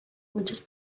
muchos